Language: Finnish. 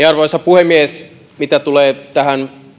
arvoisa puhemies mitä tulee tähän